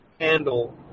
handle